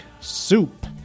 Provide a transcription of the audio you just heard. Soup